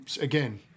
again